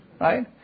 Right